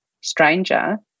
stranger